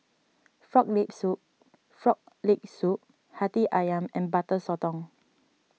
Frog Leg Soup Frog Leg Soup Hati Ayam and Butter Sotong